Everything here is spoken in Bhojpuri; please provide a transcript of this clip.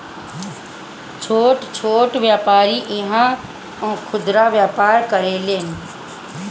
छोट छोट व्यापारी इहा खुदरा व्यापार करेलन